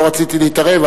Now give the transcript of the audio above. ולא רציתי להתערב.